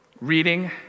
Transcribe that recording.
reading